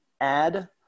add